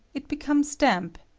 it be comes damp,